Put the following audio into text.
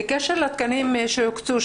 בקשר לתקנים שהוקצו.